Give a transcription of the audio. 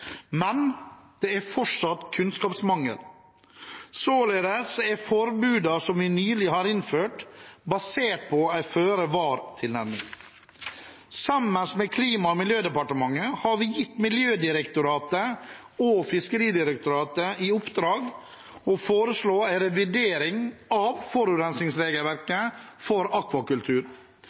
Men det er fortsatt kunnskapsmangel. Således er forbudene som vi nylig har innført, basert på en føre-var-tilnærming. Sammen med Klima- og miljødepartementet har vi gitt Miljødirektoratet og Fiskeridirektoratet i oppdrag å foreslå en revidering av forurensningsregelverket for akvakultur.